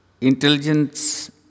Intelligence